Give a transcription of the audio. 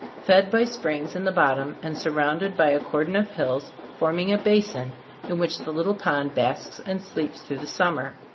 fed by springs in the bottom and surrounded by a cordon of hills forming a basin in which the little pond basks and sleeps through the summer,